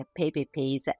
PPPs